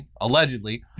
allegedly